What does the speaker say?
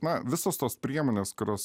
na visos tos priemonės kurios